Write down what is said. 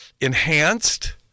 enhanced